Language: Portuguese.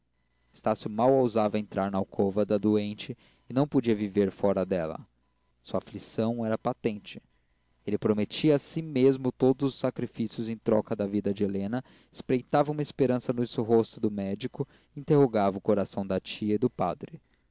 estácio mal ousava entrar na alcova da doente e não podia viver fora dela sua aflição era patente ele prometia a si mesmo todos os sacrifícios em troca da vida de helena espreitava uma esperança no rosto do médico e interrogava o coração da tia e do padre